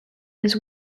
his